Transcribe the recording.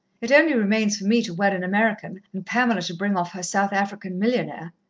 it only remains for me to wed an american, and pamela to bring off her south african millionaire.